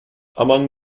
among